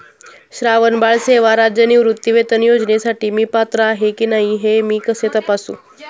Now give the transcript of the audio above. श्रावणबाळ सेवा राज्य निवृत्तीवेतन योजनेसाठी मी पात्र आहे की नाही हे मी कसे तपासू?